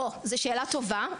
זה שאלה טובה.